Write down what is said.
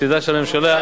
שתדע שהממשלה,